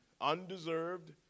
undeserved